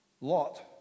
Lot